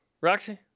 Roxy